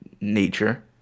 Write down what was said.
nature